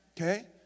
okay